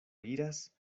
iras